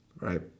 right